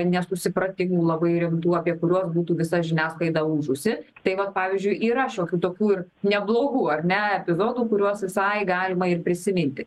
nesusipratimų labai rimtų apie kuriuos būtų visa žiniasklaida ūžusi tai vat pavyzdžiui yra šiokių tokių ir neblogų ar ne epizodų kuriuos visai galima ir prisiminti